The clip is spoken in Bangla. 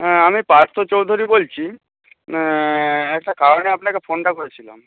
হ্যাঁ আমি পার্থ চৌধুরী বলছি একটা কারণে আপনাকে ফোনটা করেছিলাম